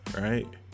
Right